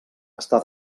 està